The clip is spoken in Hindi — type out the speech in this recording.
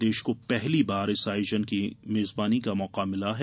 प्रदेश को पहली बार इस आयोजन की मेजबानी का मौका मिला है